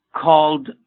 called